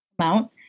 amount